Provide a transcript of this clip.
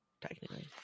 technically